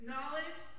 Knowledge